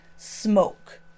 Smoke